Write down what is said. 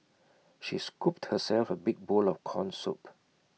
she scooped herself A big bowl of Corn Soup